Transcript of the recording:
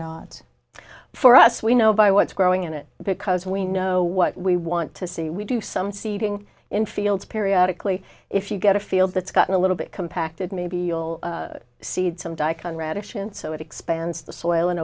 not for us we know by what's growing in it because we know what we want to see we do some seeding in fields periodically if you get a field that's gotten a little bit compacted maybe we'll see some daikon radish and so it expands the soil and